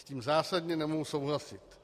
S tím zásadně nemohu souhlasit.